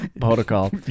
protocol